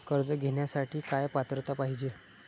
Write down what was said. कर्ज घेण्यासाठी काय पात्रता पाहिजे?